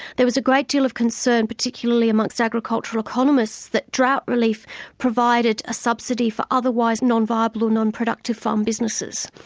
there was a great deal of concern, particularly amongst agricultural economists that drought relief provided a subsidy for otherwise non-viable and non-productive farm businesses.